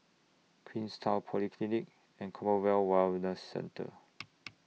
Queenstown Polyclinic and Community Wellness Centre